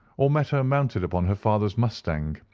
or met her mounted upon her father's mustang,